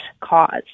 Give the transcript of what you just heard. cause